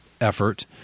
effort